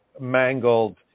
mangled